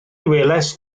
welais